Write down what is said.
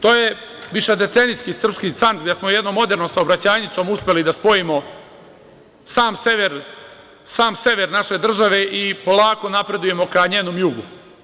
To je višedecenijski srpski san, gde smo jednom modernom saobraćajnicom uspeli da spojimo sam sever naše države i polako napredujemo ka njenom jugu.